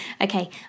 okay